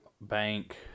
bank